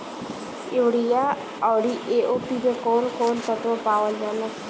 Urea औरी AOP मै कौवन कौवन तत्व पावल जाला?